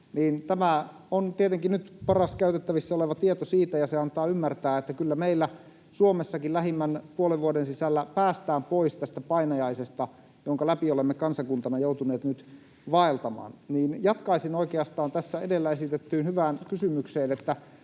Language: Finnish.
Tämä on tietenkin nyt paras käytettävissä oleva tieto siitä, ja se antaa ymmärtää, että kyllä meillä Suomessakin lähimmän puolen vuoden sisällä päästään pois tästä painajaisesta, jonka läpi olemme kansakuntana joutuneet nyt vaeltamaan. Jatkaisin oikeastaan tässä edellä esitettyyn hyvään kysymykseen: Onko